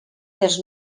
dels